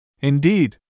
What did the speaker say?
Indeed